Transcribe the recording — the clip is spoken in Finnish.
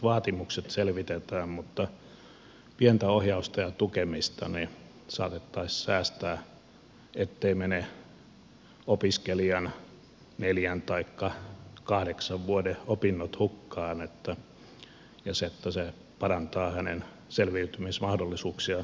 vaatimukset selvitetään mutta vielä pientä ohjausta ja tukemista niin saatettaisiin säästyä siltä etteivät mene opiskelijan neljän taikka kahdeksan vuoden opinnot hukkaan ja se parantaisi hänen selviytymismahdollisuuksiaan loppuelämästä